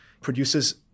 produces